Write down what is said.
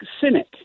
cynic